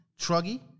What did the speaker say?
Truggy